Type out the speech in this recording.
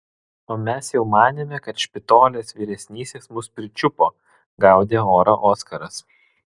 o mes jau manėme kad špitolės vyresnysis mus pričiupo gaudė orą oskaras